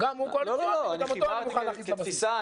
אני חיברתי כתפיסה.